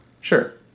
Sure